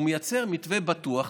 הוא מייצר מתווה בטוח.